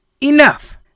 enough